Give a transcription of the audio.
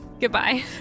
Goodbye